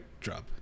drop